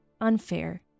unfair